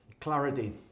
clarity